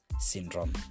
syndrome